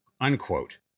Unquote